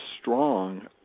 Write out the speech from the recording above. strong